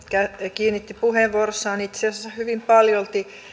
kiinnitti puheenvuorossaan itse asiassa hyvin paljolti